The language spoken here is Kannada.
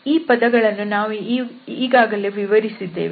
ಈ ಪದ ಗಳನ್ನು ನಾವು ಈಗಾಗಲೇ ವಿವರಿಸಿದ್ದೇವೆ